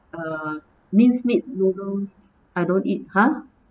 uh mince meat noodles I don't eat !huh!